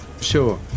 Sure